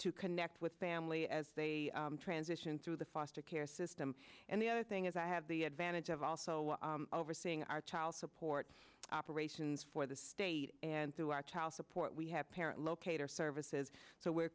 to connect with family as they transition through the foster care system and the other thing is i have the advantage of also overseeing our child support operations for the state and through our child support we have parent locator services so we're